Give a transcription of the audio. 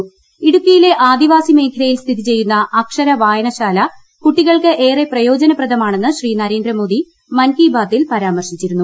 മാറ്റണമെന്ന് ഇടുക്കിയിലെ ആദിവാസി മേഖലയിൽ സ്ഥിതിചെയ്യുന്ന അക്ഷര വായനശാല കുട്ടികൾക്ക് ഏറെ പ്രയോജനപ്രദമാണെന്ന് ശ്രീ നരേന്ദ്രമോദി മൻകി ബാത്തിൽ പരാമർശിച്ചിരുന്നു